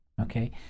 Okay